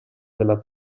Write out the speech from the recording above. della